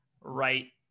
right